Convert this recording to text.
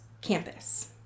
campus